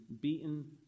beaten